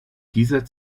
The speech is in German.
dieser